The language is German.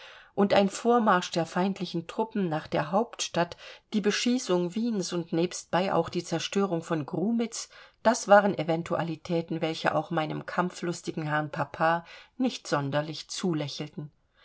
und ein vormarsch der feindlichen truppen nach der hauptstadt die beschießung wiens und nebstbei auch die zerstörung von grumitz das waren eventualitäten welche auch meinem kampflustigen herrn papa nicht sonderlich zulächelten